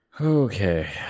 Okay